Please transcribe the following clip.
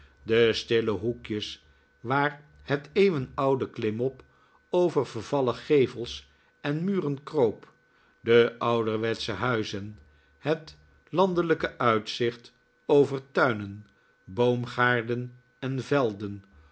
de stille hoekjes waar het eeuwenoude klimop over vervallen gevels en muren kroop de ouderwetsche huizen hct landelijke uitzicht over tuinen boomgaarden en velden